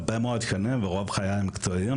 הרבה מאוד שנים ורוב חיי המקצועיים